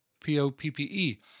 P-O-P-P-E